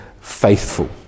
faithful